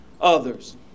others